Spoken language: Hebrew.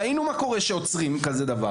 ראינו גם מה קורה כשעוצרים כזה דבר.